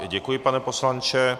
Děkuji, pane poslanče.